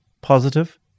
Positive